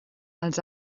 els